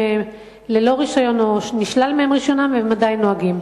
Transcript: ללא רשיון או נשלל מהם רשיונם עדיין נוהגים.